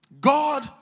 God